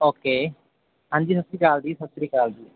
okay ਹਾਂਜੀ ਸਤਿ ਸ਼੍ਰੀ ਅਕਾਲ ਜੀ ਸਤਿ ਸ਼੍ਰੀ ਅਕਾਲ ਜੀ